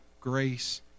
grace